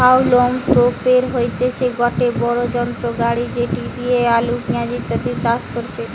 হাউলম তোপের হইতেছে গটে বড়ো যন্ত্র গাড়ি যেটি দিয়া আলু, পেঁয়াজ ইত্যাদি চাষ করাচ্ছে